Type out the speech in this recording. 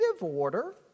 order